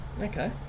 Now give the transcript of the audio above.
Okay